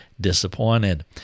disappointed